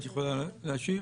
את יכולה להשיב?